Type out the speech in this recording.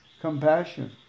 compassion